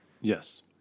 Yes